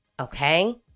Okay